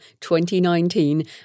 2019